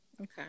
Okay